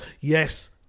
yes